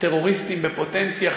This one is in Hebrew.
טרוריסטים בפוטנציה,